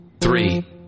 three